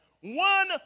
One